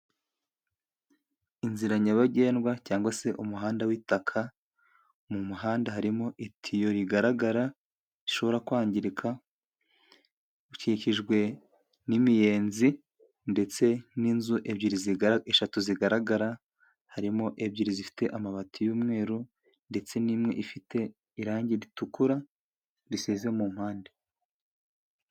Inzira nyabagendwa cyangwa se umuhanda w'itaka ,mu muhanda harimo itiyo rigaragara rishobora kwangirika, ukikijwe n'imiyenzi ndetse n'inzu ebyiri zigara eshatu zigaragara harimo ebyiri zifite amabati y'umweru ndetse n'imwe ifite irangi ritukura risize mu mpande.